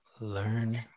Learn